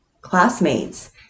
classmates